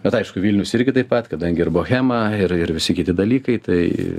bet aišku vilnius irgi taip pat kadangi ir bohema ir ir visi kiti dalykai tai